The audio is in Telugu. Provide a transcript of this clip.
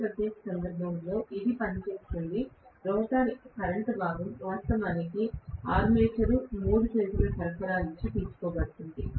ఈ ప్రత్యేక సందర్భంలో ఇది పనిచేస్తుంది రోటర్ కరెంట్ భాగం వాస్తవానికి ఆర్మేచర్ మూడు ఫేజ్ ల సరఫరా నుండి తీసుకోబడినది